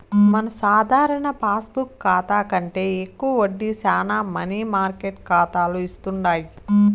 మన సాధారణ పాస్బుక్ కాతా కంటే ఎక్కువ వడ్డీ శానా మనీ మార్కెట్ కాతాలు ఇస్తుండాయి